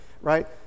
right